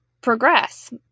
progress